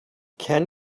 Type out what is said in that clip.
can